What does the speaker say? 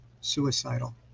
suicidal